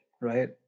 Right